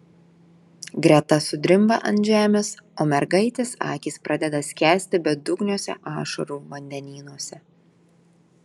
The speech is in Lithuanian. greta sudrimba ant žemės o mergaitės akys pradeda skęsti bedugniuose ašarų vandenynuose